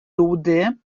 daudet